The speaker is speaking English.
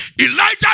Elijah